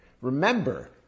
Remember